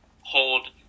hold –